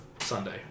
Sunday